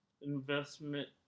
investment